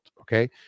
Okay